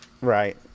Right